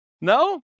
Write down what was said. no